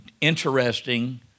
interesting